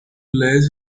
liaise